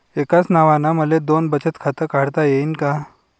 एकाच नावानं मले दोन बचत खातं काढता येईन का?